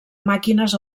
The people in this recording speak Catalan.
màquines